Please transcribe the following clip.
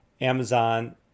Amazon